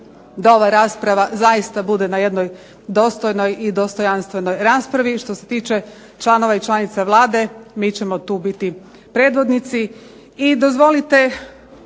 da ova rasprava zaista bude na jednoj dostojnoj i dostojanstvenoj raspravi. Što se tiče članova i članica Vlade mi ćemo tu biti predvodnici